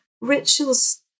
rituals